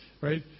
right